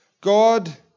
God